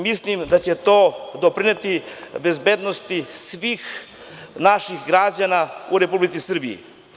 Mislim da će to doprineti bezbednosti svih naših građana u Republici Srbiji.